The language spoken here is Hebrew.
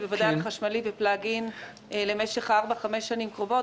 ובוודאי על חשמלי ופלאג-אין למשך ארבע חמש השנים הקרובות,